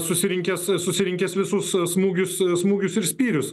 susirinkęs susirinkęs visus smūgius smūgius ir spyrius